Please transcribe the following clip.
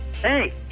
Hey